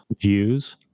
views